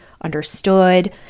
understood